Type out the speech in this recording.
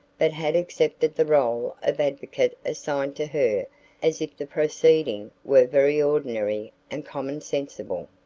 but had accepted the role of advocate assigned to her as if the proceeding were very ordinary and commonsensible.